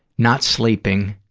not sleeping,